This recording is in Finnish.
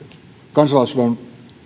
kansalaissodan